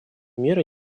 меры